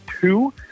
two